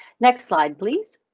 next slide, please.